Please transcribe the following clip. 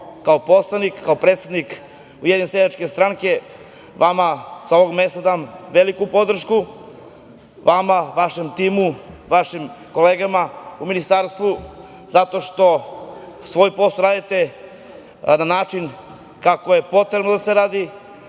kao poslanik, kao predsednik Ujedinjene seljačke stranke vama sa ovog mesta dam veliku podršku, vašem timu, vašim kolegama u ministarstvu zato što svoj posao radite na način kako je potrebno da se radi,